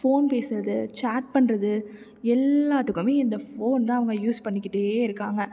phone பேசுகிறது chat பண்ணுறது எல்லாத்துக்குமே இந்த ஃபோன் தான் அவங்க யூஸ் பண்ணிக்கிட்டே இருக்காங்க